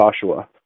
Joshua